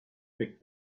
big